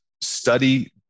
study